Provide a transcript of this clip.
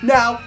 Now